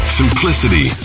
simplicity